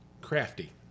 crafty